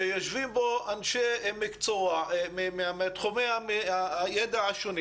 שיושבים בו אנשי מקצוע מתחומי הידע השונים